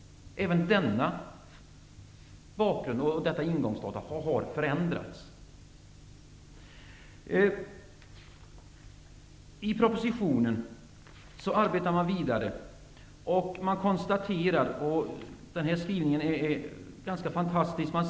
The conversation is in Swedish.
Även denna bakgrund och dessa ingångsdata har förändrats. I propositionen arbetar man sig vidare. Det finns en ganska fantastisk skrivning.